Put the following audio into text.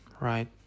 right